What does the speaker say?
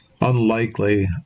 unlikely